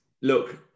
look